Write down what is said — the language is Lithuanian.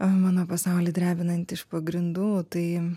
mano pasaulį drebinant iš pagrindų tai